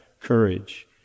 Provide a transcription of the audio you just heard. courage